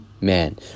man